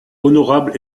honorable